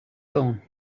phone